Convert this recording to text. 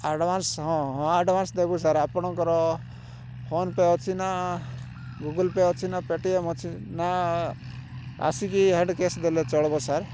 advance ହଁ ହଁ advance ଦେବୁ ସାର୍ ଆପଣଙ୍କର ଫୋନ ପେ ଅଛି ନା ଗୁଗୁଲ୍ ପେ ଅଛି ନା ପେ ଟି ଏମ୍ ଅଛି ନା ଆସିକି ହ୍ୟାଣ୍ଡ କ୍ୟାସ୍ ଦେଲେ ଚଳିବ ସାର୍